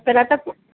तर आता कु